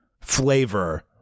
flavor